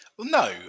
No